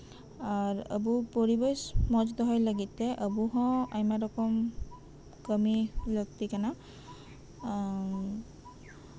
ᱟᱨ ᱟᱵᱚ ᱯᱚᱨᱤᱵᱮᱥ ᱢᱚᱸᱡ ᱫᱚᱦᱚᱭ ᱞᱟᱹᱜᱤᱫᱛᱮ ᱟᱵᱚ ᱦᱚᱸ ᱟᱭᱢᱟ ᱨᱚᱠᱚᱢ ᱠᱟᱹᱢᱤ ᱞᱟᱹᱠᱛᱤ ᱠᱟᱱᱟ ᱟ